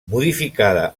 modificada